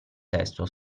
testo